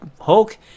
Hulk